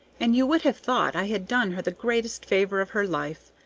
and you would have thought i had done her the greatest favor of her life.